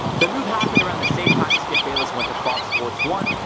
the move happened around the same time skip bayless went to fox sports one,